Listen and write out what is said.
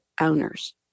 owners